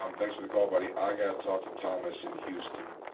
um thanks for the call, buddy. i got to talk to thomas in houston.